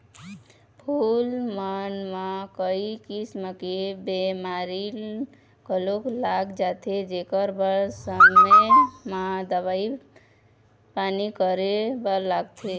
फूल मन म कइ किसम के बेमारी घलोक लाग जाथे जेखर बर समे म दवई पानी करे बर लागथे